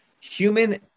human